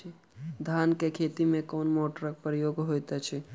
धान केँ खेती मे केँ मोटरक प्रयोग होइत अछि?